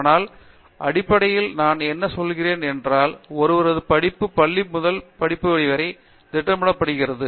ஆனால் அடிப்படையில் நான் என்ன பார்க்கிறேன் என்றால் ஒருவரது படிப்பு பள்ளி முதல் பட்டப்படிப்பு வரை திட்டமிடப்பட்டிருக்கிறது